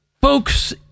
folks